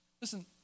Listen